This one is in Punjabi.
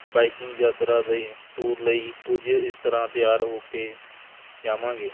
ਬਾਈਕਿੰਗ ਯਾਤਰਾ ਦੇ ਟੂਰ ਲਈ ਕੁਝ ਇਸ ਤਰ੍ਹਾਂ ਤਿਆਰ ਹੋ ਕੇ ਜਾਵਾਂਗੇ